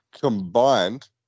combined